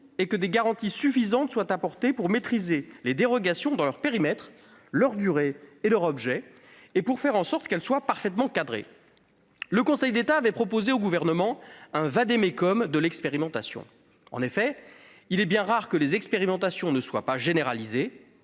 que des garanties suffisantes soient apportées pour maîtriser les dérogations dans leur périmètre, dans leur durée et dans leur objet, et qu'elles soient ainsi parfaitement cadrées. Le Conseil d'État avait proposé au Gouvernement un vade-mecum de l'expérimentation tant il est rare qu'une expérimentation ne soit pas généralisée.